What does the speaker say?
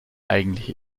eigentliche